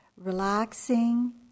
relaxing